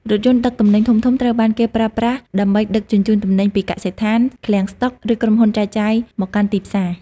រថយន្តដឹកទំនិញធំៗត្រូវបានគេប្រើប្រាស់ដើម្បីដឹកជញ្ជូនទំនិញពីកសិដ្ឋាន ឃ្លាំងស្តុក ឬក្រុមហ៊ុនចែកចាយមកកាន់ទីផ្សារ។